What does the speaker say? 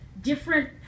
different